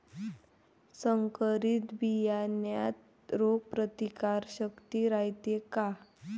संकरित बियान्यात रोग प्रतिकारशक्ती रायते का?